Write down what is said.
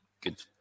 good